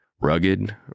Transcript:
rugged